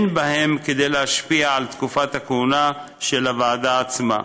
אין בהם כדי להשפיע על תקופת הכהונה של הוועדה עצמה.